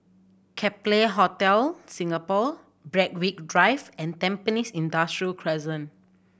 Capella Hotel Singapore Berwick Drive and Tampines Industrial Crescent